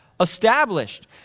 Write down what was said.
established